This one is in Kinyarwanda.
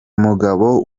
mugabo